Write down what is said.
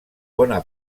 bona